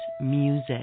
music